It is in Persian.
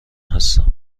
هستم